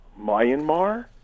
Myanmar